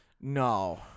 No